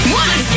one